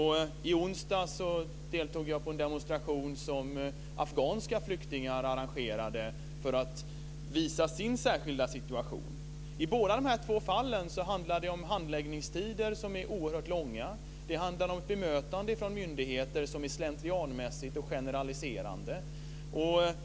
I onsdags deltog jag i en demonstration som afghanska flyktingar arrangerade för att visa sin särskilda situation. I båda de här två fallen handlar det om handläggningstider som är oerhört långa. Det handlar om bemötande från myndigheter som är slentrianmässigt och generaliserande.